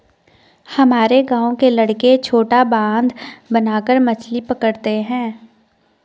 हमारे गांव के लड़के छोटा बांध बनाकर मछली पकड़ते हैं